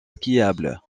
skiable